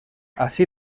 así